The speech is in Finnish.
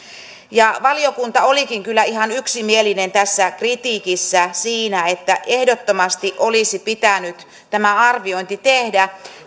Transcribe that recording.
valiokunta olikin kyllä ihan yksimielinen tässä kritiikissä että ehdottomasti olisi pitänyt tämä arviointi tehdä